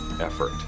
effort